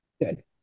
Good